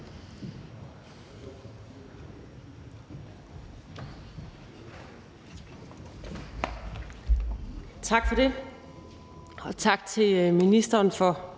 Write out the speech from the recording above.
Tak for det, og tak til ministeren for